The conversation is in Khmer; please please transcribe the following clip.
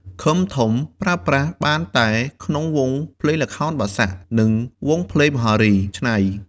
ឃឹមធំប្រើប្រាស់បានតែក្នុងវង់ភ្លេងល្ខោនបាសាក់ និងវង់ភ្លេងមហោរីច្នៃ។